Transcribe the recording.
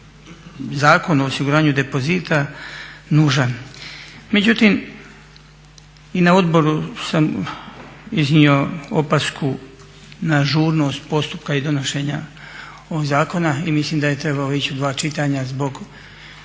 Zakon o osiguranju depozita nužan. Međutim, i na odboru sam iznio opasku na žurnost postupka i donošenja ovog zakona i mislim da je trebao ići u dva čitanja zbog